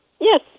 Yes